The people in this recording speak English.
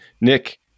Nick